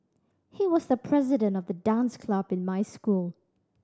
he was the president of the dance club in my school